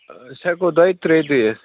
أسۍ ہیٚکَو دویہِ ترٛیہِ دۄہۍ یِتھ